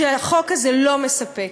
שהחוק הזה לא מספק,